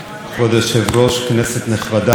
ברכות לכולנו על תחילת המושב.